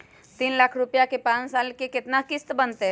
तीन लाख रुपया के पाँच साल के केतना किस्त बनतै?